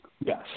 Yes